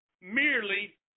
merely